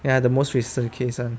ya the most recent case [one]